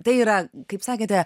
tai yra kaip sakėte